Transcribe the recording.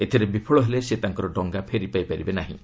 ଏଥିରେ ବିଫଳ ହେଲେ ସେ ତାଙ୍କର ଡଙ୍ଗା ଫେରିପାଇବେ ନାହିଁ